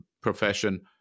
profession